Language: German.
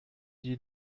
die